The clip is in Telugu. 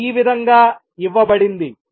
అది ఈ విధంగా ఇవ్వబడింది